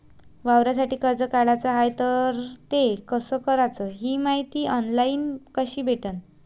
वावरासाठी कर्ज काढाचं हाय तर ते कस कराच ही मायती ऑनलाईन कसी भेटन?